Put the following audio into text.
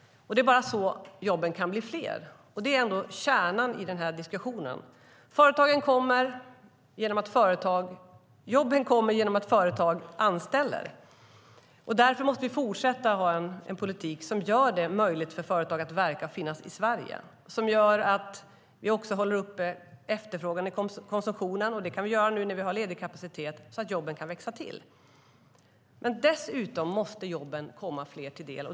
Det är bara så jobben kan bli fler, och det är kärnan i den här diskussionen. Jobben kommer genom att företag anställer. Därför måste vi fortsätta ha en politik som gör det möjligt för företag att verka och finnas i Sverige och som gör att vi håller uppe efterfrågan i konsumtionen. Det kan vi göra nu när vi har ledig kapacitet, så att jobben kan växa till. Dessutom måste jobben komma fler till del.